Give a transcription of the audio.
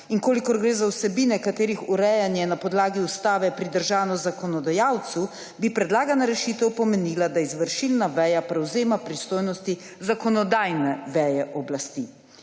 in če gre za vsebine, katerih urejanje je na podlagi ustave pridržano zakonodajalcu, bi predlagana rešitev pomenila, da izvršilna veja prevzema pristojnosti zakonodajne veje oblasti.